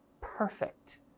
perfect